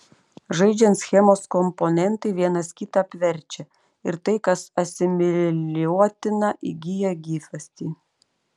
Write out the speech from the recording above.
žaidžiant schemos komponentai vienas kitą apverčia ir tai kas asimiliuotina įgyja gyvastį